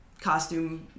costume